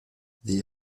the